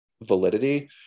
validity